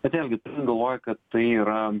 bet vėlgi turint galvoj kad tai yra